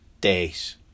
days